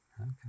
Okay